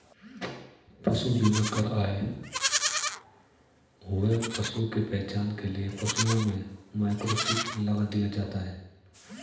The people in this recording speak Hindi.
पशु बीमा कर आए हुए पशु की पहचान के लिए पशुओं में माइक्रोचिप लगा दिया जाता है